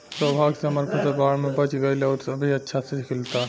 सौभाग्य से हमर फसल बाढ़ में बच गइल आउर अभी अच्छा से खिलता